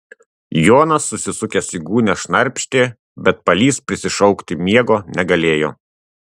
jonas susisukęs į gūnią šnarpštė bet palys prisišaukti miego negalėjo